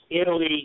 Italy